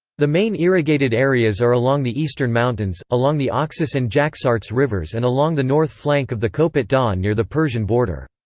the main irrigated areas are along the eastern mountains, along the oxus and jaxartes rivers and along the north flank of the kopet dagh near the persian border.